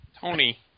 Tony